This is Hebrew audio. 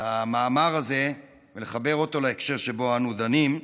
למאמר הזה ולחבר אותו להקשר שבו אנו דנים.